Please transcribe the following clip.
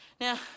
Now